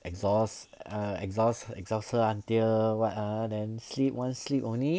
exhaust err exhaust exhaust her until [what] ah then sleep want sleep only then is just ya all the way try to morning lor